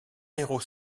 héros